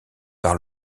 par